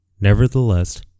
nevertheless